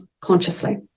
consciously